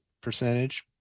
percentage